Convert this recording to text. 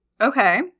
Okay